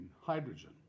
hydrogen